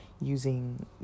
using